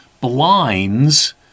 blinds